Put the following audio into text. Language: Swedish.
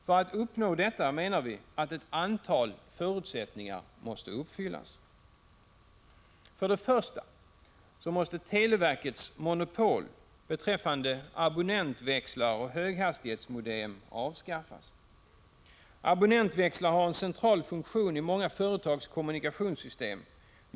För att uppnå detta menar vi att ett antal förutsättningar måste uppfyllas: Först och främst måste televerkets monopol beträffande abonnentväxlar och höghastighetsmodem avskaffas. Abonnentväxlar har en central funktion i många företags kommunikationssystem.